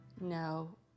no